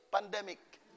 pandemic